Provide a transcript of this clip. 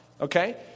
okay